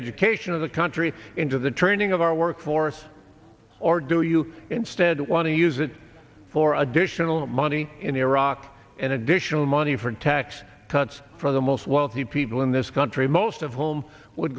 education of the country into the training of our work force or do you instead want to use it for additional money in iraq and additional money for tax cuts for the most wealthy people in this country most of home would